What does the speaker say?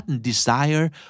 desire